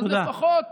תודה.